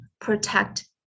protect